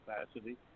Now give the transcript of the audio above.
capacity